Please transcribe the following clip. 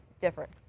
different